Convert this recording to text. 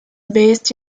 based